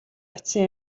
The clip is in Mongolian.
очсон